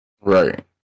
right